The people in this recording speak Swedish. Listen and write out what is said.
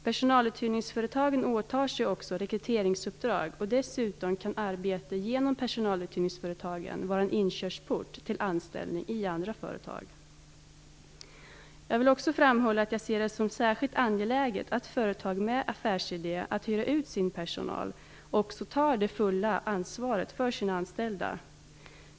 Personaluthyrningsföretagen åtar sig också rekryteringsuppdrag, och dessutom kan arbete genom personaluthyrningsföretagen vara en inkörsport till anställning i andra företag. Jag vill också framhålla att jag ser det som särskilt angeläget att företag med affärsidén att hyra ut sin personal också tar det fulla ansvaret för sin anställda.